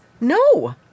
no